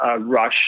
rush